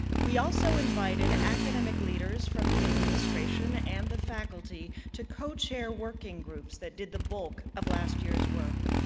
we also invited academic leaders from the administration and the faculty to co-chair working groups that did the bulk of last year's work.